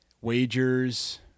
wagers